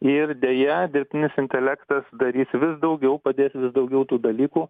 ir deja dirbtinis intelektas darys vis daugiau padės vis daugiau tų dalykų